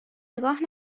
نگاه